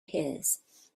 his